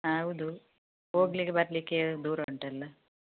ಹಾಂ ಹೌದು ಹೋಗ್ಲಿಕ್ಕೆ ಬರಲಿಕ್ಕೆ ದೂರ ಉಂಟಲ್ಲ